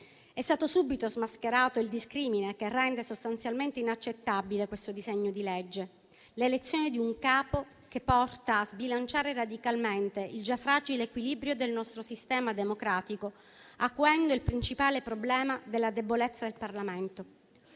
È stato subito smascherato il discrimine che rende sostanzialmente inaccettabile questo disegno di legge: l'elezione di un capo che porta a sbilanciare radicalmente il già fragile equilibrio del nostro sistema democratico, acuendo il principale problema della debolezza del Parlamento;